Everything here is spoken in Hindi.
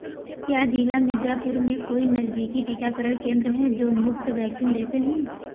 क्या जिला मिर्ज़ापुर में कोई नज़दीकी टीकाकरण केंद्र हैं जो मुफ्त वैक्सीन देते हैं